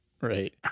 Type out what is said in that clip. Right